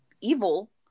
evil